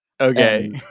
Okay